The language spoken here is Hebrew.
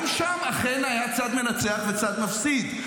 גם שם אכן היה צד מנצח וצד מפסיד.